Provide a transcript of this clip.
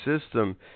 system